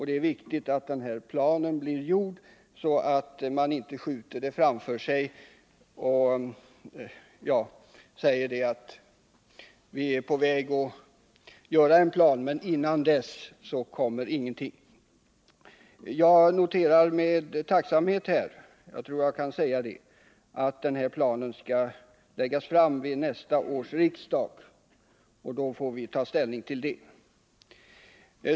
Det är viktigt att den här planen blir utarbetad, så att man inte skjuter arbetet framför sig med hänvisning till att man är på väg att göra en plan och säger att innan dess kommer ingenting. Jag noterar med tacksamhet att den här planen skall — jag tror att jag kan säga det — läggas fram vid nästa års riksdag, så att vi då får ta ställning till den.